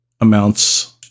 amounts